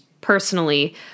personally